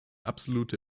absolute